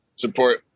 Support